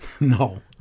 No